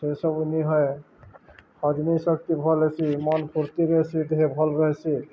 ସେଇସବୁ ନି ହଏ ହଜମୀ ଶକ୍ତି ଭଲ୍ ହେସି ମନ ଫୁର୍ତ୍ତି ରହେସି ଦେହ ଭଲ ରହସି